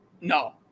No